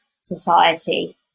society